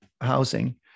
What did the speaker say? housing